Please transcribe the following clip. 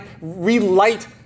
relight